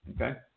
Okay